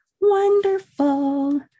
Wonderful